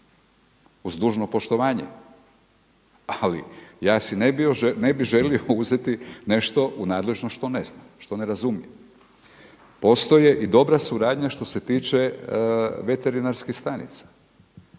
uz dužno poštovanje, ali ja si ne bi želio uzeti nešto u nadležnost što ne znam, što ne razumijem. Postoji i dobra suradnja što se tiče veterinarskih stanica